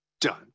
Done